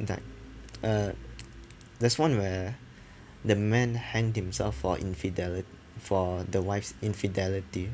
like uh there's one where the man hanged himself for infideli~ for the wife's infidelity